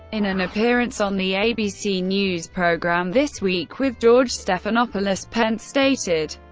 in an appearance on the abc news program this week with george stephanopoulos, pence stated,